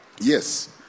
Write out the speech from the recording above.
Yes